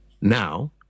now